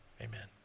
Amen